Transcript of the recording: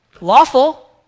Lawful